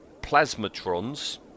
Plasmatrons